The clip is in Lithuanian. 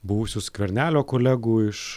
buvusių skvernelio kolegų iš